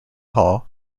hall